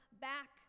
back